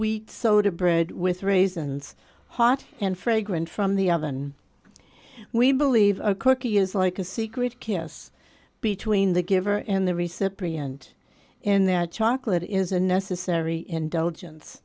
wheat soda bread with raisins hot and fragrant from the oven we believe a cookie is like a secret kiss between the giver and the recent brilliant in that chocolate is a necessary indulgence